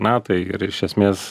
na tai ir iš esmės